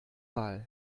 wahl